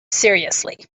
seriously